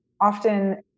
often